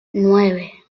nueve